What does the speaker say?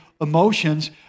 emotions